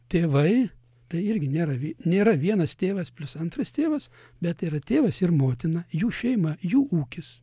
tėvai tai irgi nėra vi nėra vienas tėvas plius antras tėvas bet tai yra tėvas ir motina jų šeima jų ūkis